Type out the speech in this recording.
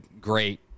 great